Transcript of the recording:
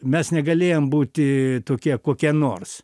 mes negalėjom būti tokie kokie nors